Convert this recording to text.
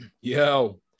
Yo